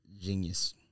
Genius